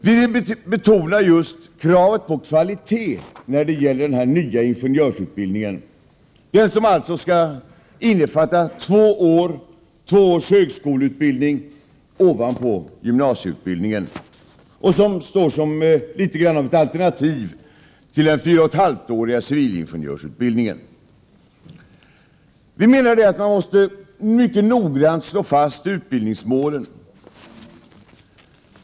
Vi vill betona just kravet på kvalitet i den nya ingenjörsutbildningen, den som alltså skall innefatta två års högskoleutbildning ovanpå gymnasieutbildningen och som står som litet grand av ett alternativ till den fyra och ett halvt-åriga civilingenjörsutbildningen. Vi menar att man mycket noggrant måste slå fast utbildningsmålen.